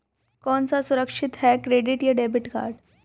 कौन सा सुरक्षित है क्रेडिट या डेबिट कार्ड?